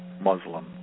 muslim